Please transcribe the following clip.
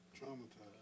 Traumatized